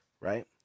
Right